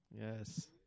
Yes